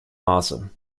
maße